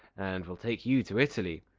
and will take you to italy.